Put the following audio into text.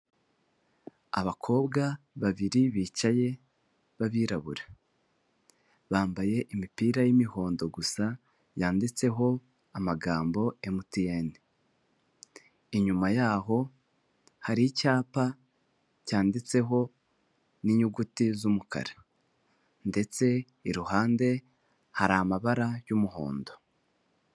Abakobwa babiri bicaye b'abirabura, bambaye imipira y'imihondo gusa yanditseho amagambo emutiyene, inyuma yaho hari icyapa cyanditseho n'inyuguti z'umukara, ndetse iruhande hari amabara y'umuhondo.